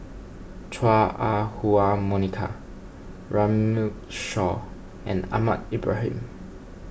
Chua Ah Huwa Monica Runme Shaw and Ahmad Ibrahim